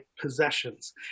possessions